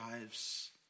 lives